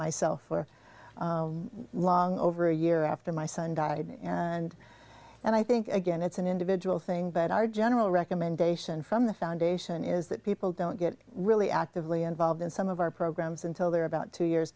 myself for long over a year after my son died and and i think again it's an individual thing but our general recommendation from the foundation is that people don't get really actively involved in some of our programs until they're about two years